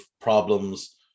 problems